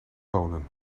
bonen